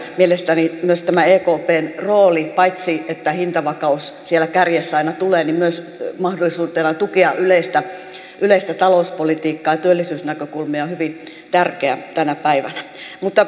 mielestäni myös tämä ekpn rooli paitsi että hintavakaus siellä kärjessä aina tulee myös mahdollisuutena tukea yleistä talouspolitiikkaa ja työllisyysnäkökulmia on hyvin tärkeä tänä päivänä